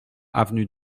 avenue